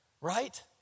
right